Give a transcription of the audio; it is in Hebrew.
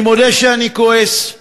אני מודה שאני כועס,